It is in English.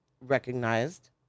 recognized